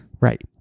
Right